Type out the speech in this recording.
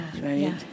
right